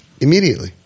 Immediately